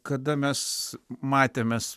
kada mes matėmės